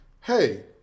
hey